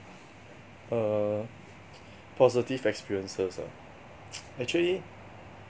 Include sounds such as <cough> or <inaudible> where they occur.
err positive experiences ah <noise> actually